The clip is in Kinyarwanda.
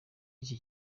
iki